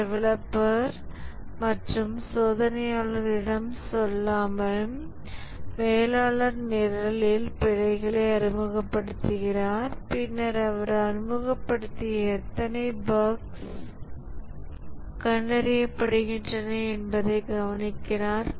டெவலப்பர்கள் மற்றும் சோதனையாளர்களிடம் சொல்லாமல் மேலாளர் நிரலில் பிழைகளை அறிமுகப்படுத்துகிறார் பின்னர் அவர் அறிமுகப்படுத்திய எத்தனை பஃக்ஸ் கண்டறியப்படுகின்றன என்பதைக் கவனிக்கிறார்